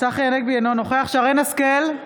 אינו נוכח שרן מרים השכל,